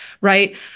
Right